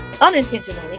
unintentionally